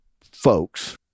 folks